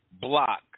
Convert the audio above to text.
block